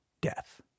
death